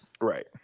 Right